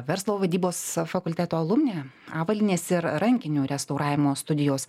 verslo vadybos fakulteto alumnė avalynės ir rankinių restauravimo studijos